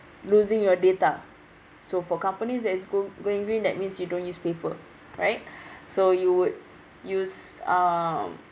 losing your data so for companies that is go~ going green that means you don't use paper right so you would use um